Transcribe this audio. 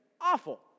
awful